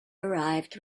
arrived